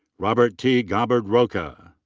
robert t. gabbard-rocha.